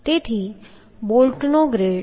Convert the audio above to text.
તેથી બોલ્ટનો ગ્રેડ 4